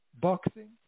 boxing